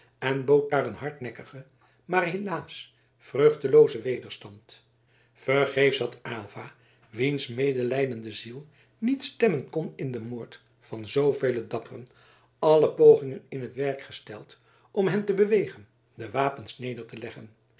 en bood daar een hardnekkigen maar helaas vruchteloozen wederstand vergeefs had aylva wiens medelijdende ziel niet stemmen kon in den moord van zoovele dapperen alle pogingen in t werk gesteld om hen te bewegen de wapens neder te leggen